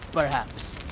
perhaps?